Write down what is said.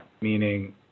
meaning